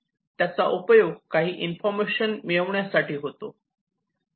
त्याचा उपयोग काही इन्फॉर्मेशन मिळवण्यासाठी होतो